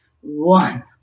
One